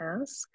ask